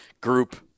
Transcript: group